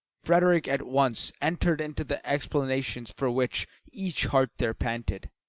frederick at once entered into the explanations for which each heart there panted.